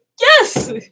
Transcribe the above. yes